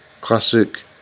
Classic